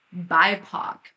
BIPOC